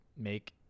Make